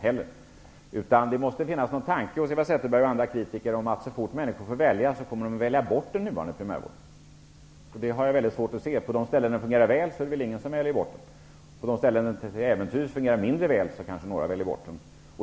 Det måste alltså finnas en tanke hos Eva Zetterberg och de andra kritikerna om att människor, så fort de får välja, kommer att välja bort den nuvarande primärvården. Jag har väldigt svårt att se det så. Där det fungerar väl är det nog ingen som väljer bort den, och där det till äventyrs fungerar mindre väl kanske några gör det.